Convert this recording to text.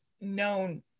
known